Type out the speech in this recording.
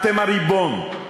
אתם הריבון.